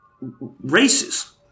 races